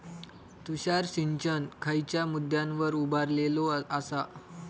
तुषार सिंचन खयच्या मुद्द्यांवर उभारलेलो आसा?